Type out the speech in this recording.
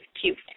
cute